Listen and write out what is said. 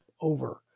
over